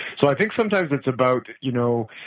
so i think sometimes it's about, you know,